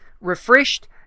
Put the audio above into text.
refreshed